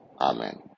Amen